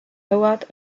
howard